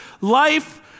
life